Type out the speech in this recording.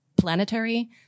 planetary